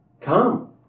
Come